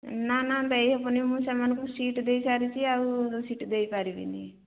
ନା ନା ଦେଇ ହେବନି ମୁଁ ସେମାନଙ୍କୁ ସିଟ୍ ଦେଇ ସାରିଛି ଆଉ ସିଟ୍ ଦେଇ ପାରିବିନି